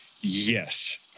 yes